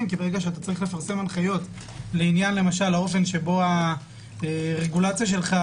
כי ברגע שאתה צריך לפרסם הנחיות למשל לעניין האופן שבו הרגולציה שלך,